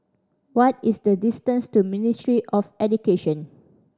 what is the distance to Ministry of Education